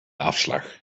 afslag